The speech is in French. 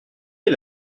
est